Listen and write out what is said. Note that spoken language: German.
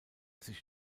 sich